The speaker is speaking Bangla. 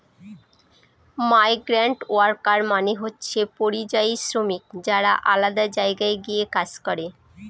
মাইগ্রান্টওয়ার্কার মানে হচ্ছে পরিযায়ী শ্রমিক যারা আলাদা জায়গায় গিয়ে কাজ করে